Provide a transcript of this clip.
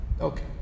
Okay